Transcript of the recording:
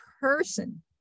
person